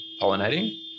pollinating